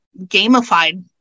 gamified